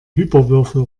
hyperwürfel